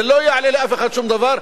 זה לא יעלה לאף אחד שום דבר,